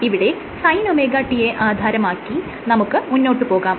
ഇവിടെ sinωt യെ ആധാരമാക്കി നമുക്ക് മുന്നോട്ട് പോകാം